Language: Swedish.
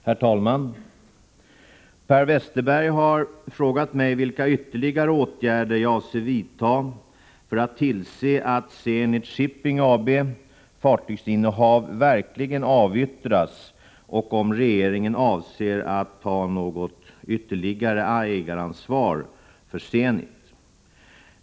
16 april 1985 Herr talman! Per Westerberg har frågat mig vilka ytterligare åtgärder jag avser vidta för att tillse att Zenit Shipping AB:s fartygsinnehav verkligen Om Zenit Shipping avyttras och om regeringen avser att ta något ytterligare ägaransvar för AB Zenit.